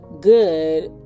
good